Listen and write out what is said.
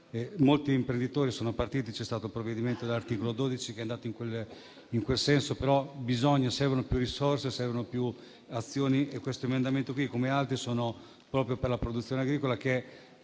molti imprenditori sono partiti e c'è un provvedimento all'articolo 12 che è andato in questo senso, però servono più risorse e più azioni. Questo emendamento, come altri, mira proprio alla produzione agricola che